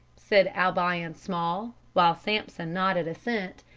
said albion small, while sampson nodded assent,